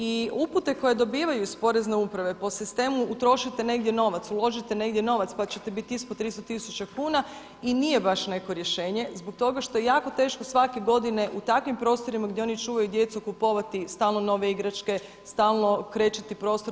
I upute koje dobivaju s Porezne uprave po sistemu utrošite negdje novac, uložite negdje novac, pa ćete biti ispod 300 tisuća kuna i nije baš neko rješenje zbog toga što je jako teško svake godine u takvim prostorima gdje oni čuvaju djecu kupovati stalno nove igračke, stalno krečiti prostor.